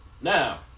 Now